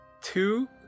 two